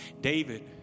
David